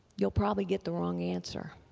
you'll probably get the wrong answer.